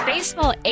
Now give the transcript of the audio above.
Baseball